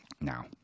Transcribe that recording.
now